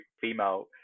female